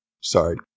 Sorry